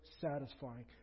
satisfying